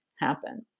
happen